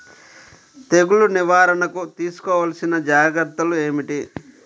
తెగులు నివారణకు తీసుకోవలసిన జాగ్రత్తలు ఏమిటీ?